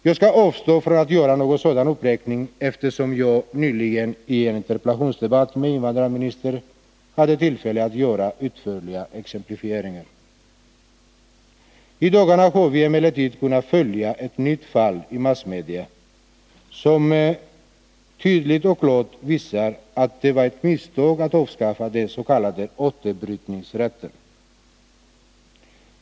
Jag skall emellertid avstå från att göra en sådan uppräkning, eftersom jag nyligen i en interpellationsdebatt med invandrarministern hade tillfälle att göra utförliga exemplifieringar. I dagarna har vi emellertid i massmedia kunnat följa ett nytt fall, som tydligt och klart visar att det var ett misstag att avskaffa den s.k. återbrytningsrätten.